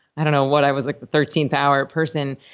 i don't know what i was, like the thirteenth hour person,